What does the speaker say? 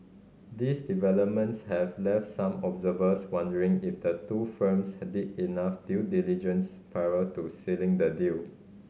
these developments have left some observers wondering if the two firms did enough due diligence prior to sealing the deal